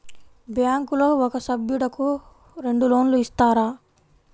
బ్యాంకులో ఒక సభ్యుడకు రెండు లోన్లు ఇస్తారా?